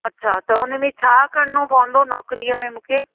अच्छा त हुन में छा करिणो पवंदो नौकिरीअ में मूंखे